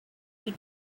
you